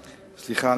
סליחה,